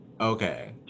Okay